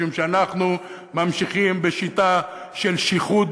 משום שאנחנו ממשיכים בשיטה של שיחוד,